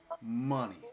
money